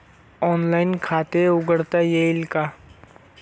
Online खाते उघडता येईल का?